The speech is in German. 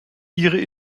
ihre